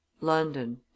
london